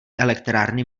elektrárny